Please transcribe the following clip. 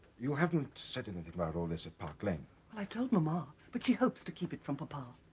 you haven't said anything about all this at park lane i told my mama but she hopes to keep it from papa